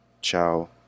Ciao